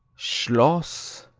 schloss,